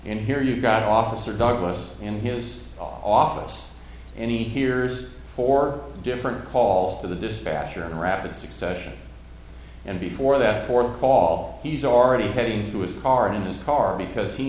and here you got officer douglas in his office and he hears four different call to the dispatcher in rapid succession and before that for the call he's already heading to his car in his car because he